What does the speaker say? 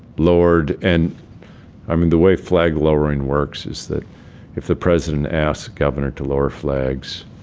lowered and i mean, the way flag-lowering works is that if the president asks a governor to lower flags,